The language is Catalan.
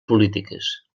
polítiques